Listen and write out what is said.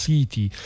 City